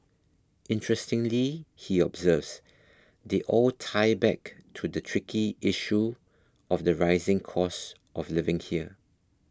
interestingly he observes they all tie back to the tricky issue of the rising cost of living here